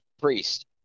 priest